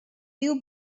you